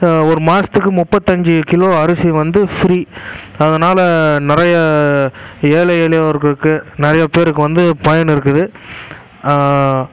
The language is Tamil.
ஒரு மாதத்துக்கு முப்பத்தஞ்சு கிலோ அரிசி வந்து ஃப்ரீ அதனால் நிறைய ஏழை எளியவர்களுக்கு நிறையா பேருக்கு வந்து பயன் இருக்குது